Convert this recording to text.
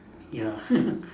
ya